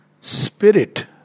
spirit